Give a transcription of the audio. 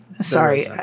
Sorry